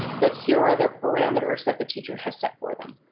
but here are their parameters that the teacher has set for them.